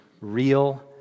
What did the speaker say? real